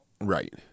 Right